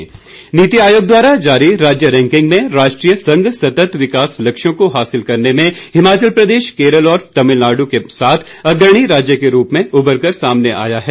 सतत विकास नीति आयोग द्वारा जारी राज्य रैकिंग में राष्ट्रीय संघ सतत विकास लक्ष्यों को हासिल करने में हिमाचल प्रदेश केरल और तमिलनाडू के साथ अग्रणी राज्य के रूप में उभर कर सामने आया है